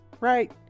Right